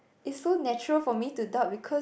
it so natural for me to doubt because